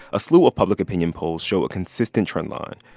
a slew of public opinion polls show a consistent trend line.